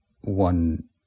one